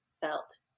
felt